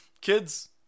kids